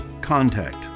Contact